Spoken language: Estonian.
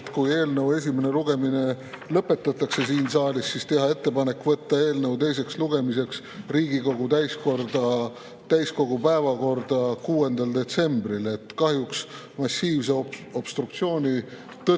et kui eelnõu esimene lugemine siin saalis lõpetatakse, siis tehakse ettepanek võtta eelnõu teiseks lugemiseks Riigikogu täiskogu päevakorda 6. detsembril. Kahjuks massiivse obstruktsiooni tõttu